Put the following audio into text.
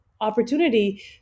opportunity